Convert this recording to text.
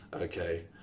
Okay